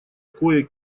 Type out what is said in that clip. кое